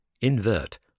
invert